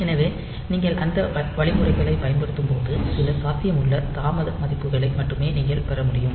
எனவே நீங்கள் அந்த வழிமுறைகளைப் பயன்படுத்தும்போது சில சாத்தியமுள்ள தாமத மதிப்புகளை மட்டுமே நீங்கள் பெற முடியும்